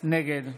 נגד